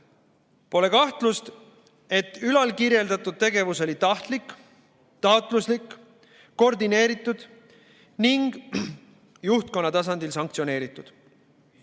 Pole kahtlust, et ülalkirjeldatud tegevus oli tahtlik, taotluslik, koordineeritud ning juhtkonna tasandil sanktsioneeritud.